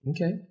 Okay